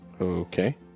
Okay